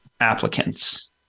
applicants